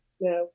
Now